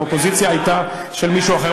האופוזיציה הייתה של מישהו אחר.